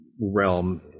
realm